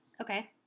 Okay